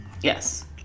Yes